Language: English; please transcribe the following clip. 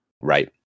Right